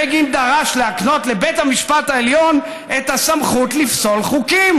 בגין דרש להקנות לבית המשפט העליון את הסמכות לפסול חוקים.